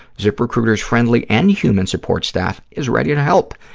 ziprecruiter's friendly and human support staff is ready to help.